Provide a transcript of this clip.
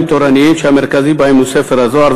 תורניים שהמרכזי בהם הוא ספר הזוהר,